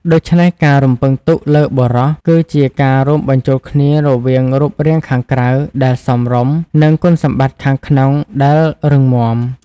ដូច្នេះ ការរំពឹងទុកលើបុរស គឺជាការរួមបញ្ចូលគ្នារវាងរូបរាងខាងក្រៅដែលសមរម្យ និងគុណសម្បត្តិខាងក្នុងដែលរឹងមាំ។